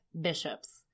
bishops